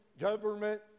government